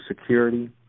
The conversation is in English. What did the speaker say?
security